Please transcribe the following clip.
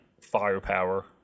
firepower